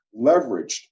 leveraged